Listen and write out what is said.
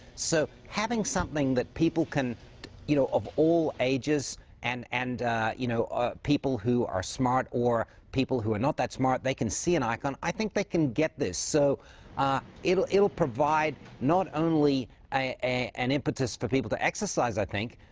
so having something that people can you know of of all ages and and you know ah people who are smart or people who are not that smart, they can see an icon, i think they can get this, so it will it will provide not only an impetus for people to exercise, i think,